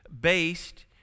based